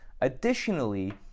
additionally